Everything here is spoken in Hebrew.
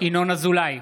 ינון אזולאי,